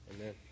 Amen